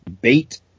Bait